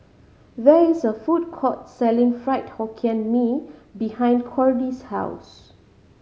there is a food court selling Fried Hokkien Mee behind Cordie's house